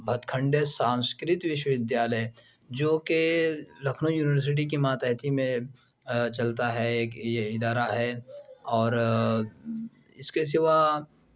بھتکنڈے سنسکرت وشو ودیالیہ جو کہ لکھنؤ یونیورسٹی کے ماتحتی میں چلتا ہے یہ ایک ادارہ ہے اور اِس کے سوا آ